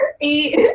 eat